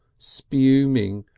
spuming!